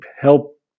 help